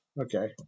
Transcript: Okay